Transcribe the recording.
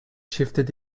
shifted